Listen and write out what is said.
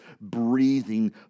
breathing